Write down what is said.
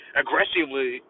aggressively